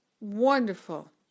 wonderful